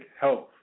health